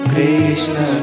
Krishna